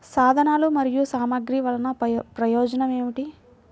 సాధనాలు మరియు సామగ్రి వల్లన ప్రయోజనం ఏమిటీ?